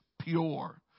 pure